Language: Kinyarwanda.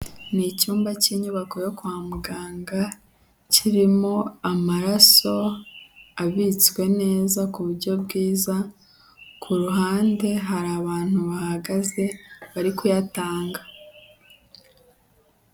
Ni icyumba cy'inyubako yo kwa muganga, kirimo amaraso abitswe neza ku buryo bwiza, ku ruhande hari abantu bahagaze bari kuyatanga.